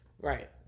Right